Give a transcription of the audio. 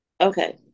okay